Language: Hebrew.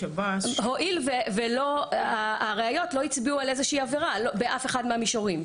הואיל והראיות לא הצביעו על איזושהי עבירה באף אחד מהמישורים.